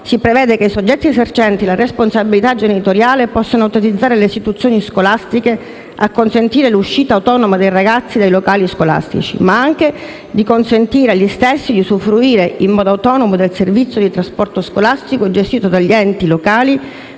si prevede che i soggetti esercenti la responsabilità genitoriale possano autorizzare le istituzioni scolastiche a consentire l'uscita autonoma dei ragazzi dai locali scolastici, ma anche di consentire agli stessi di usufruire in modo autonomo del servizio di trasporto scolastico gestito dagli enti locali